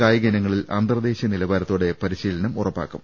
കായിക ഇനങ്ങളിൽ അന്തർദേശീയ നിലവാരത്തോടെ പരിശീലനം ഉറപ്പാക്കും